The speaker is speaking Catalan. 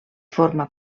forma